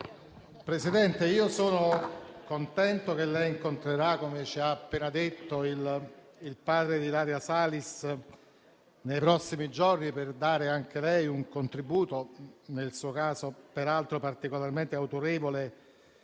Presidente, sono contento che lei incontrerà, come ci ha appena detto, il padre di Ilaria Salis nei prossimi giorni, per dare anche lei un contributo - nel suo caso, peraltro, particolarmente autorevole